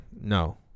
no